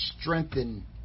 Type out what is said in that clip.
strengthen